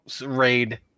raid